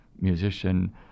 musician